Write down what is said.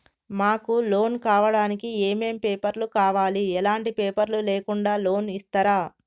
మాకు లోన్ కావడానికి ఏమేం పేపర్లు కావాలి ఎలాంటి పేపర్లు లేకుండా లోన్ ఇస్తరా?